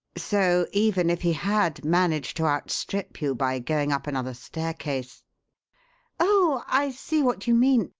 so even if he had managed to outstrip you by going up another staircase oh, i see what you mean!